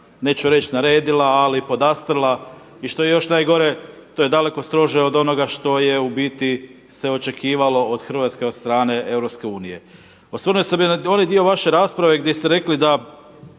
neću reći naredila, ali podastrla. I što je još najgore to je daleko strože od onoga što je u biti se očekivalo od Hrvatske od strane Europske unije. Osvrnuo bi se na onaj dio vaše rasprave gdje ste rekli da